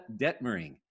Detmering